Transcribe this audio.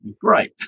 great